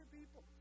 people